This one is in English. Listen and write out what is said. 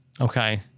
Okay